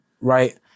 Right